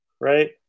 right